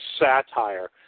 satire